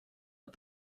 let